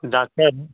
doctor